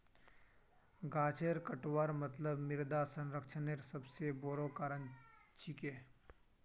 गाछेर कटवार मतलब मृदा क्षरनेर सबस बोरो कारण छिके